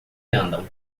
andam